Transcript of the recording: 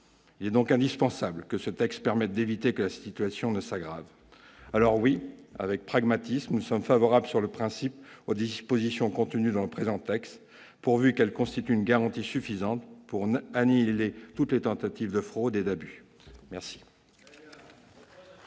doit donc impérativement permettre d'éviter que la situation ne s'aggrave. Alors, oui, avec pragmatisme, nous sommes favorables sur le principe aux dispositions contenues dans le présent texte, pourvu qu'elles constituent une garantie suffisante pour annihiler toutes les tentatives de fraudes et d'abus. Très